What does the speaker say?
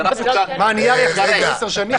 מה, נייר יחזיק 10 שנים?